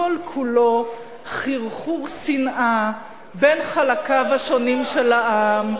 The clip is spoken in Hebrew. כל כולו חרחור שנאה בין חלקיו השונים של העם,